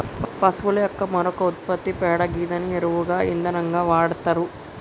పశువుల యొక్క మరొక ఉత్పత్తి పేడ గిదాన్ని ఎరువుగా ఇంధనంగా వాడతరు